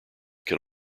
can